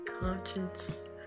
conscience